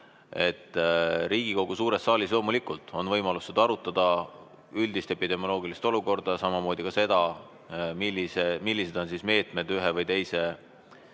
Riigikogu suures saalis loomulikult on võimalus seda arutada, üldist epidemioloogilist olukorda, samamoodi ka seda, millised on meetmed ühe või teise